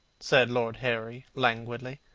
said lord henry languidly.